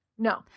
No